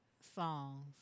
songs